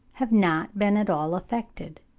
have not been at all affected?